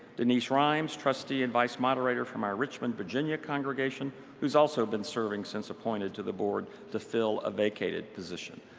denise rimes, trustee and vice-moderator from our richmond, virginia, congregation who has also been serving sanes pointed to the board to film a vacated position.